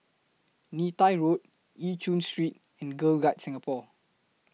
Neythai Road EU Chin Street and Girl Guides Singapore